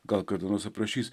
gal kada nors aprašys